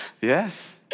Yes